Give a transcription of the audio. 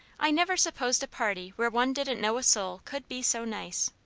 i never supposed a party where one didn't know a soul could be so nice.